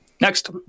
Next